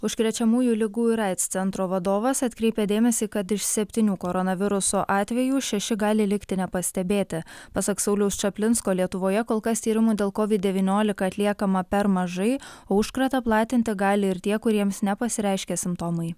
užkrečiamųjų ligų ir aids centro vadovas atkreipė dėmesį kad iš septynių koronaviruso atvejų šeši gali likti nepastebėti pasak sauliaus čaplinsko lietuvoje kol kas tyrimu dėl covid devyniolika atliekama per mažai o užkratą platinti gali ir tie kuriems nepasireiškia simptomai